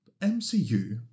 MCU